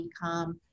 become